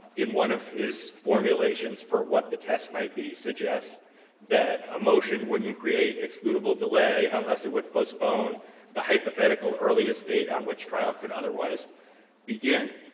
in one of his formulations for what the test might be, suggests that a motion wouldn't create excludable delay unless it would postpone the hypothetical earliest date on which trial could otherwise begin.